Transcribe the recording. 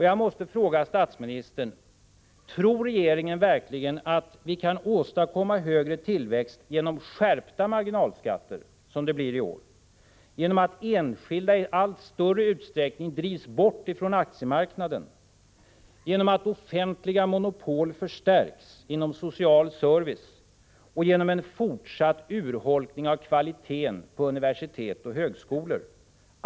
Jag måste fråga statsministern: Tror regeringen verkligen att vi kan åstadkomma högre tillväxt genom skärpta marginalskatter, som det blir i år, genom att enskilda i allt större utsträckning drivs bort från aktiemarknaden, genom att offentliga monopol förstärks inom social service och genom en fortsatt urholkning av kvaliteten på utbildningen vid universitet och högskolor?